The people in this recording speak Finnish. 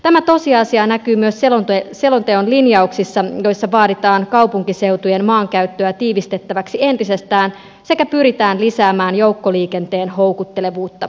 tämä tosiasia näkyy myös selonteon linjauksissa joissa vaaditaan kaupunkiseutujen maankäyttöä tiivistettäväksi entisestään sekä pyritään lisäämään joukkoliikenteen houkuttelevuutta